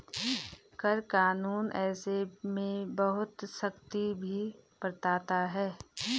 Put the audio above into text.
कर कानून ऐसे में बहुत सख्ती भी बरतता है